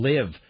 Live